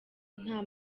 nta